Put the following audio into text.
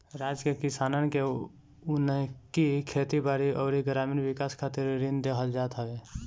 राज्य के किसानन के उनकी खेती बारी अउरी ग्रामीण विकास खातिर ऋण देहल जात हवे